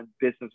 business